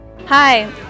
Hi